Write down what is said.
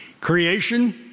Creation